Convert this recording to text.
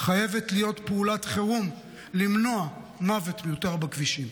חייבת להיות פעולת חירום למנוע מוות מיותר בכבישים.